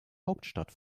hauptstadt